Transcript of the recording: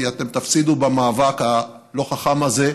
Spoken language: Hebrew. כי אתם תפסידו במאבק הלא-חכם הזה,